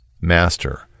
Master